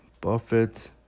Buffett